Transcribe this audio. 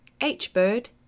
hbird